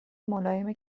ملایم